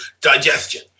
digestion